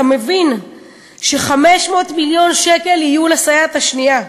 אתה מבין ש-500 מיליון שקל יהיו לסייעת השנייה,